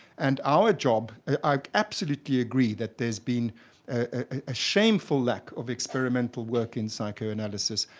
and our job i absolutely agree that there's been a a shameful lack of experimental work in psychoanalysis,